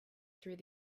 through